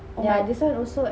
yet